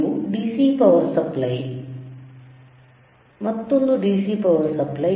ಇದು ಎಡ DC power supply ಇದು ಬಲ ಮತ್ತೊಂದು DC ಪವರ್ ಸಪ್ಲೈ